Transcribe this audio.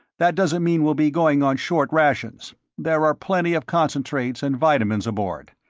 that doesn't mean we'll be going on short rations there are plenty of concentrates and vitamins aboard.